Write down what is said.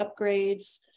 upgrades